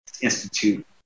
Institute